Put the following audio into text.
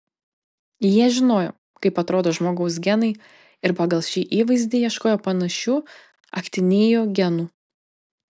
jie žinojo kaip atrodo žmogaus genai ir pagal šį įvaizdį ieškojo panašių aktinijų genų